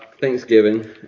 Thanksgiving